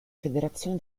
federazione